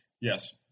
Yes